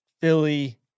Philly